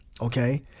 Okay